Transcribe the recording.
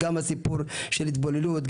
גם הסיפור של התבוללות,